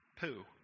poo